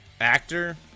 actor